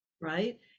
right